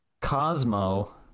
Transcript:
Cosmo